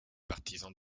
partisans